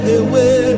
away